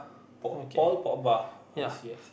P~ Paul-Pogba I see I see